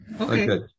Okay